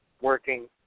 working